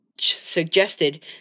suggested